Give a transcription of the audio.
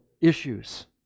issues